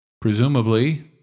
Presumably